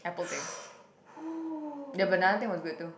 !whoo!